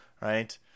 right